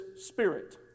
spirit